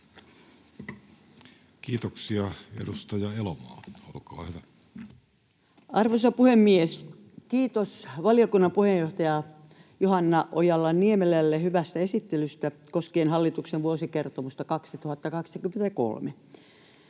tarkastuksesta Time: 17:35 Content: Arvoisa puhemies! Kiitos valiokunnan puheenjohtajalle Johanna Ojala-Niemelälle hyvästä esittelystä koskien hallituksen vuosikertomusta 2023.